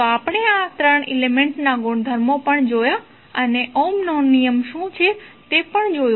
તો આપણે આ 3 એલિમેન્ટ્સના ગુણધર્મો પણ જોયા અને ઓહ્મનો નિયમ શું છે તે પણ જોયું